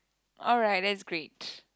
alright that's great